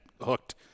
hooked